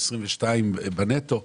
22 בנטו.